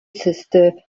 sister